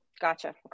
Gotcha